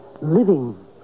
living